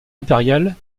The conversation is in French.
impériale